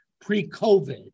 pre-COVID